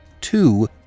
two